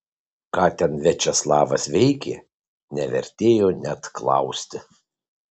ką ten viačeslavas veikė nevertėjo net klausti